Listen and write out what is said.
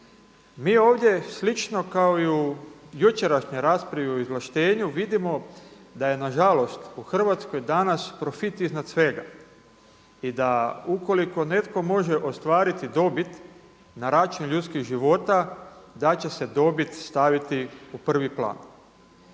Mi ovdje slično kao i u jučerašnjoj raspravi o izvlaštenju vidimo da je na žalost u Hrvatskoj danas profit iznad svega i da ukoliko netko može ostvariti dobit na račun ljudskih života da će se dobit staviti u prvi plan.